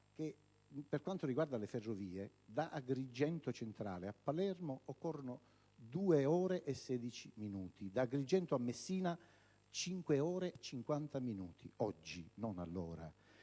per quanto riguarda le ferrovie, da Agrigento centrale a Palermo occorrono 2 ore e 16 minuti, da Agrigento a Messina 5 ore e 50 minuti (oggi, non allora),